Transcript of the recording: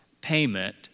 payment